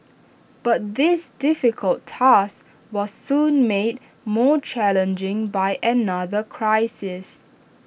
but this difficult task was soon made more challenging by another crisis